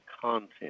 content